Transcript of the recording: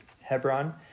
Hebron